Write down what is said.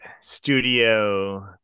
studio